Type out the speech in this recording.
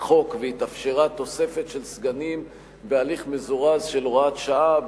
החוק והתאפשרה תוספת של סגנים בהליך מזורז של הוראת שעה,